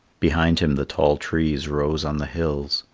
behind him the tall trees rose on the hills,